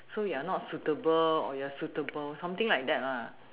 so you are not suitable or you are suitable something like that